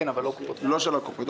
כן, אבל לא על קופות החולים.